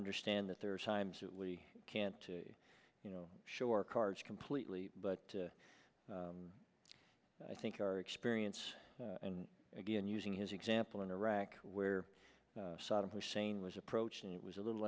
understand that there are times that we can't you know show our cards completely but i think our experience and again using his example in iraq where saddam hussein was approaching it was a little